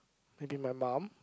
I think my mum